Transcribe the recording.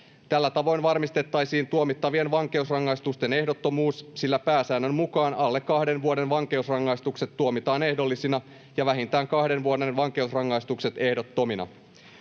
Tällä tavoin varmistettaisiin tuomittavien vankeusrangaistusten ehdottomuus, sillä pääsäännön mukaan alle kahden vuoden vankeusrangaistukset tuomitaan ehdollisina ja vähintään kahden vuoden vankeusrangaistukset ehdottomina.